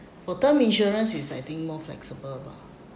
for term insurance is I think more flexible lah